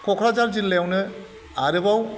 कक्राझार जिल्लायावनो आरोबाव